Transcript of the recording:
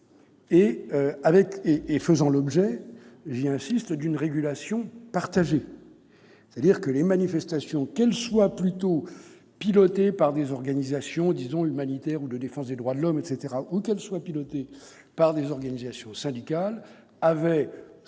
qui faisaient l'objet, j'y insiste, d'une régulation partagée. Car ces manifestations, qu'elles soient pilotées plutôt par des organisations, disons humanitaires ou de défense des droits de la personne, ou qu'elles soient proposées plutôt par des organisations syndicales, avaient